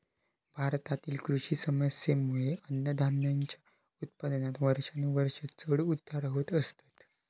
भारतातील कृषी समस्येंमुळे अन्नधान्याच्या उत्पादनात वर्षानुवर्षा चढ उतार होत असतत